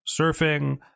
surfing